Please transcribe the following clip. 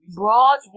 broad